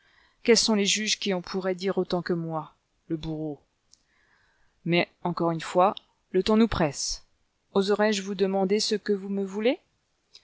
quels sont les juges qui en pourraient dire autant que moi le bourreau mais encore une fois le temps nous presse oserais-je vous demander ce que vous me voulez